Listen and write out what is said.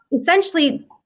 essentially